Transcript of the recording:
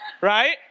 Right